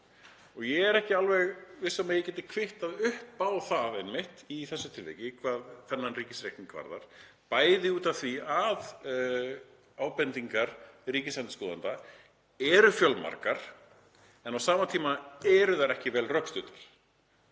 Ég er ekki alveg viss um að ég geti kvittað upp á það einmitt í þessu tilviki hvað þennan ríkisreikning varðar, bæði út af því að ábendingar ríkisendurskoðanda eru fjölmargar en á sama tíma eru þær ekki vel rökstuddar